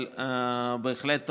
אבל בהחלט תומכת.